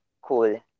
Cool